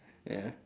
ya